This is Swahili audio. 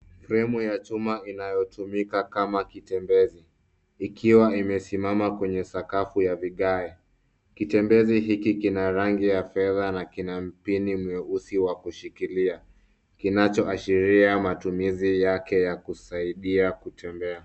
Fremu ya chuma inayotumika kama kitembezi, ikiwa imesimama kwenye sakafu ya vigae. Kitembezi hiki kina rangi ya fedha na kina mpini mweusi wa kushikilia. Kinacho ashiria matumizi yake ya kusaidia kutembea.